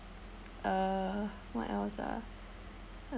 uh what else ah